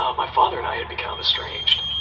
um my father and i had become estranged.